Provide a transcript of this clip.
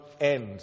end